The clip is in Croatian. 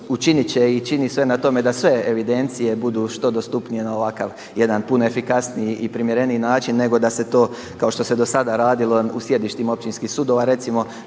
učit će i čini sve na tome da sve evidencije budu što dostupnije na ovakav jedan puno efikasniji i primjereniji način nego da se to kao što se do sada radilo u sjedištima općinskih sudova, recimo